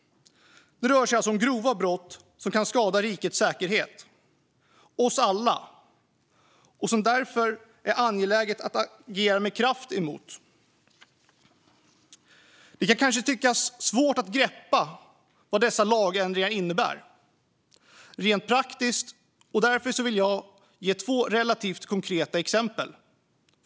Det rör sig alltså om grova brott som kan skada rikets säkerhet och oss alla och som därför är angelägna att agera med kraft emot. Det kan vara svårt att greppa vad dessa lagändringar innebär rent praktiskt, och därför ska jag ge två relativt konkreta exempel.